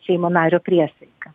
seimo nario priesaika